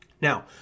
now